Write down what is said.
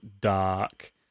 dark